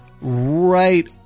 right